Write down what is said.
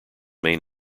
main